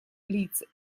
лиц